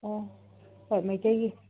ꯑꯣ ꯍꯣꯏ ꯃꯩꯇꯩꯒꯤ